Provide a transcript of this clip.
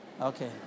Okay